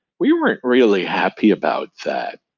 we weren't really happy about that.